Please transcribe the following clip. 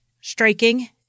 striking